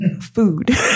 Food